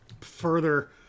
further